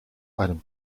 einem